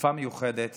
תרופה מיוחדת